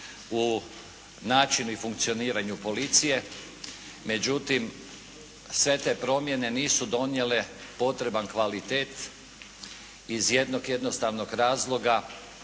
u načinu i funkcioniranju policije. Međutim, sve te promjene nisu donijele potreban kvalitet iz jednog jednostavnog razloga,